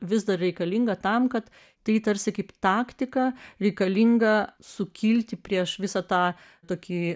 vis dar reikalinga tam kad tai tarsi kaip taktika reikalinga sukilti prieš visą tą tokį